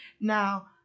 Now